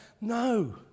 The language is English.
No